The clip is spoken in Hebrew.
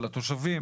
של התושבים.